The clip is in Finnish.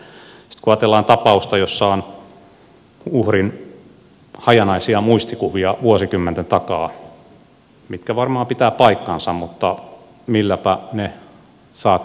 sitten kun ajatellaan tapausta jossa on uhrin hajanaisia muistikuvia vuosikymmenten takaa mitkä varmaan pitävät paikkansa niin milläpä ne saat näytöksi